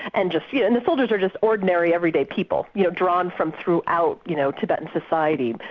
and just, the and the soldiers are just ordinary everyday people, you know drawn from throughout you know tibetan society.